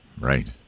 Right